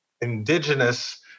indigenous